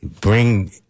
bring